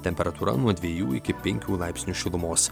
temperatūra nuo dviejų iki penkių laipsnių šilumos